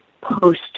post